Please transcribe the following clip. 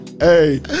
Hey